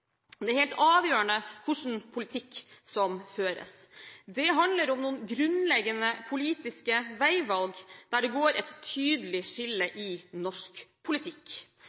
Det er helt avgjørende hvilken politikk som føres. Det handler om noen grunnleggende politiske veivalg, der det går et tydelig skille i norsk politikk.